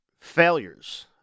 Failures